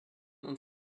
und